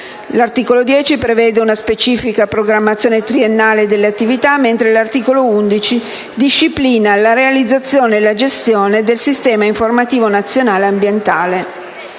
L'articolo 10 prevede una specifica programmazione triennale delle attività, mentre l'articolo 11 disciplina la realizzazione e la gestione del sistema informativo nazionale ambientale.